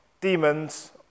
demons